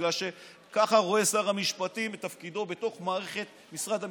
בגלל שככה רואה שר המשפטים את תפקידו בתוך מערכת משרד המשפטים.